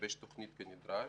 לגבש תוכניות כנדרש.